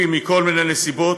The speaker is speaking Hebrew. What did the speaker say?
המשפחתי בכל מיני נסיבות,